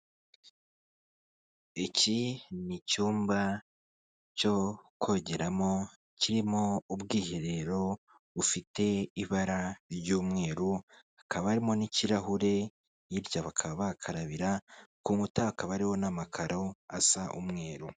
Iki ni icyumba cyo kogeramo kirimo ubwiherero, bufite ibara ry'umweru, hakaba harimo n'ikirahure, hirya bakaba bahakarabira, ku nkuta hakaba hariho n'amakaro asa umweru.